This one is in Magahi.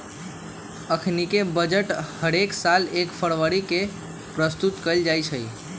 अखनीके बजट हरेक साल एक फरवरी के प्रस्तुत कएल जाइ छइ